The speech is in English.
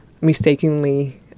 Mistakenly